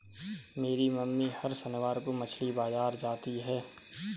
मेरी मम्मी हर शनिवार को मछली बाजार जाती है